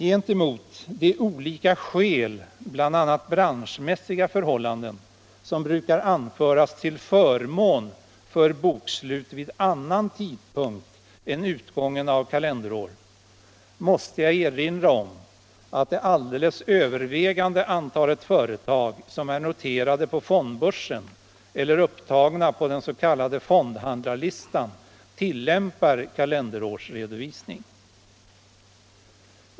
Gentemot de olika skäl, bl.a. branschmässiga förhållanden, som brukar anföras till förmån för bokslut vid annan tidpunkt än utgången av kalenderår, måste jag erinra om att det alldeles övervägande antalet företag som är noterade på fondbörsen eller upptagna på den s.k. fondhandlarlistan tillämpar kalenderårsredovisning.